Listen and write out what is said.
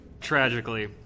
Tragically